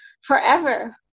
forever